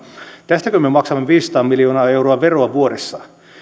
tästäkö me maksamme viisisataa miljoonaa euroa veroa vuodessa